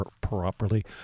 properly